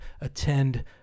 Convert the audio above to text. attend